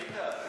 אתה?